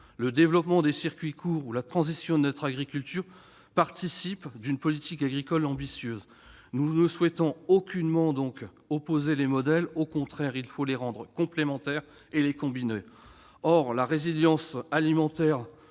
Le développement des circuits courts ou la transition de notre agriculture participent d'une politique agricole ambitieuse. Nous ne souhaitons aucunement opposer les modèles ; au contraire, il faut les rendre complémentaires et les combiner. La résilience alimentaire